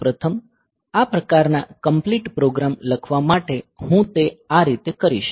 સૌ પ્રથમ આ પ્રકારના કંપલીટ પ્રોગ્રામ લખવા માટે હું તે આ રીતે કરીશ